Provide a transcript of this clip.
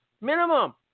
Minimum